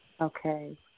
Okay